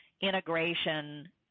integration